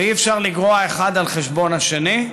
ואי-אפשר לגרוע אחד על חשבון השני.